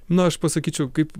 na aš pasakyčiau kaip